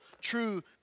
true